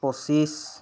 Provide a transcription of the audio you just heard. পঁচিছ